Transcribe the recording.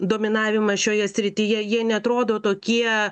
dominavimas šioje srityje jie neatrodo tokie